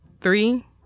Three